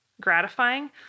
gratifying